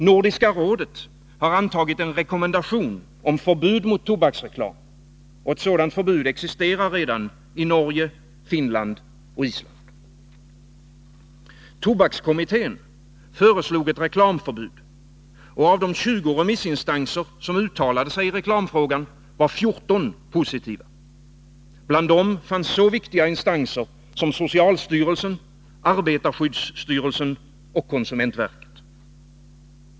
Nordiska rådet har antagit en rekommendation om förbud mot tobaksreklam, och ett sådant förbud existerar redan i Norge, Finland och Island. Tobakskommittén föreslog ett reklamförbud, och av de 20 remissinstanser som uttalade sig i reklamfrågan var 14 positiva. Bland dem fanns så viktiga instanser som socialstyrelsen, arbetarskyddsstyrelsen och konsumentverket.